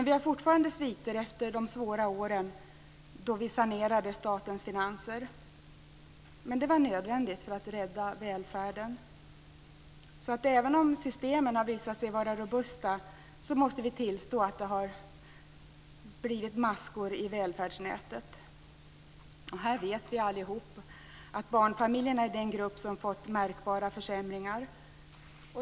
Vi har fortfarande sviter efter de svåra åren, då vi sanerade statens finanser, men det var nödvändigt för att rädda välfärden. Även om systemen har visat sig vara robusta måste vi tillstå att det har blivit maskor i välfärdsnätet. Vi vet allihopa att barnfamiljerna är den grupp som fått märkbara försämringar.